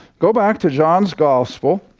go back to john's gospel